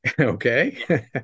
Okay